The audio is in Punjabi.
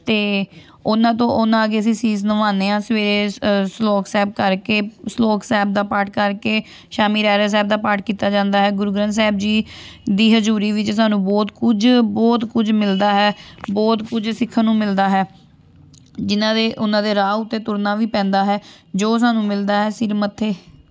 ਅਤੇ ਉਹਨਾਂ ਤੋਂ ਉਹਨਾਂ ਅੱਗੇ ਅਸੀਂ ਸੀਸ ਨਿਵਾਉਂਦੇ ਹਾਂ ਸਵੇਰੇ ਸਲੋਕ ਸਾਹਿਬ ਕਰਕੇ ਸਲੋਕ ਸਾਹਿਬ ਦਾ ਪਾਠ ਕਰਕੇ ਸ਼ਾਮੀ ਰਹਿਰਾਸ ਸਾਹਿਬ ਦਾ ਪਾਠ ਕੀਤਾ ਜਾਂਦਾ ਹੈ ਗੁਰੂ ਗ੍ਰੰਥ ਸਾਹਿਬ ਜੀ ਦੀ ਹਜੂਰੀ ਵਿੱਚ ਸਾਨੂੰ ਬਹੁਤ ਕੁਝ ਬਹੁਤ ਕੁਝ ਮਿਲਦਾ ਹੈ ਬਹੁਤ ਕੁਝ ਸਿੱਖਣ ਨੂੰ ਮਿਲਦਾ ਹੈ ਜਿਹਨਾਂ ਦੇ ਉਹਨਾਂ ਦੇ ਰਾਹ ਉੱਤੇ ਤੁਰਨਾ ਵੀ ਪੈਂਦਾ ਹੈ ਜੋ ਸਾਨੂੰ ਮਿਲਦਾ ਹੈ ਸਿਰ ਮੱਥੇ